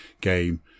game